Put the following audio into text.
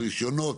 הרישיונות,